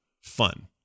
fun